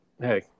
hey